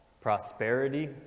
prosperity